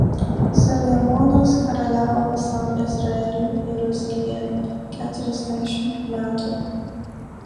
saliamonas karaliavo visam izraeliui jeruzalėje keturiasdešimt metų